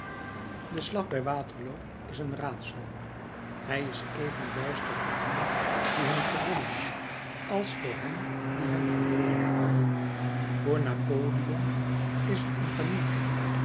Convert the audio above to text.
de slag bij waterloo is een raadsel hij is even duister voor hen die hem gewonnen als voor hen die hem verloren hebben voor napoleon is t een paniek